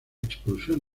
expulsión